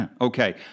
Okay